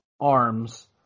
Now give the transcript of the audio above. arms